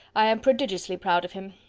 i am prodigiously proud of him.